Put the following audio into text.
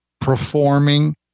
performing